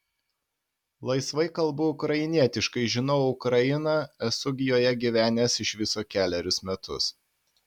laisvai kalbu ukrainietiškai žinau ukrainą esu joje gyvenęs iš viso kelerius metus